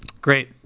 Great